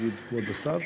שר